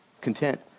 Content